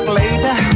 later